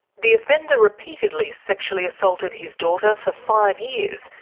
the offender repeatedly sexually assaulted his daughter for five years,